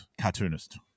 cartoonist